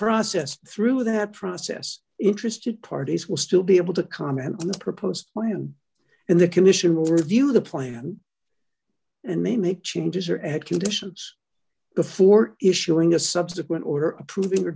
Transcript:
process through that process interested parties will still be able to comment on the proposed plan and the commission will review the plan and may make changes or add conditions before issuing a subsequent order approving or